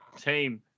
Team